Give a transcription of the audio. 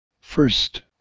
First